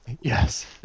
Yes